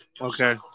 Okay